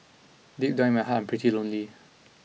deep down in my heart I'm pretty lonely